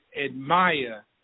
admire